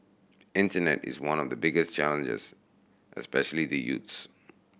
internet is one of the biggest challenges especially the youths